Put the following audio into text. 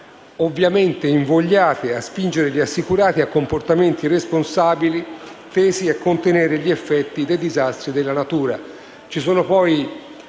ovviamente invogliate a spingere gli assicurati a comportamenti responsabili, tesi a contenere gli effetti dei disastri della natura.